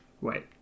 Wait